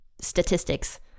statistics